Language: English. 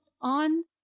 on